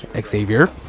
Xavier